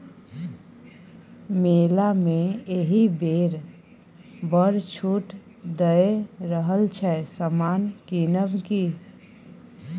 मेला मे एहिबेर बड़ छूट दए रहल छै समान किनब कि?